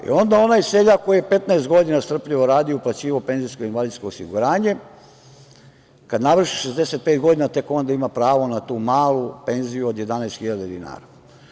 I onda, onaj seljak koji 15 godina strpljivo radi, uplaćivao je penzijsko i invalidsko osiguranje, kad navrši 65 godina, tek onda ima pravo na tu malu penziju od 11.000,00 dinara.